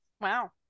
Wow